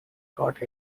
hot